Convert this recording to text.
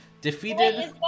defeated